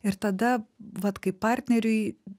ir tada vat kaip partneriui